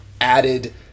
added